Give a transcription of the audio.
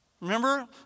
Remember